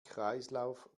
kreislauf